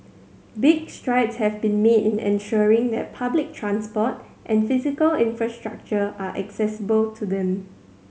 big strides have been made in ensuring that public transport and physical infrastructure are accessible to them